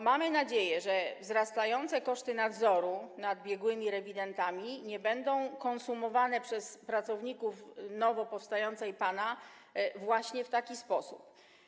Mamy nadzieję, że wzrastające koszty nadzoru nad biegłymi rewidentami nie będą konsumowane przez pracowników nowo powstającej PANA właśnie w taki sposób.